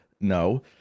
No